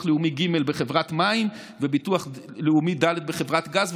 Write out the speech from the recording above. לאומי ג' בחברת מים וביטוח לאומי ד' בחברת גז,